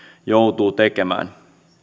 joutuu tekemään